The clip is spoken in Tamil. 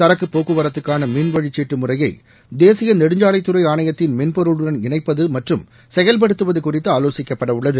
சரக்கு போக்குவரத்துக்காள மின் வழிச்சீட்டு முறையை தேசிய நெடுஞ்சாலைத்துறை ஆணையத்தின் மென்பொருளுடன் இணைப்பது மற்றும் செயல்படுத்துவது குறித்து ஆலோசிக்கப்படவுள்ளது